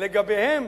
לגביהם